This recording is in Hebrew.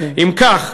אם כך,